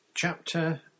Chapter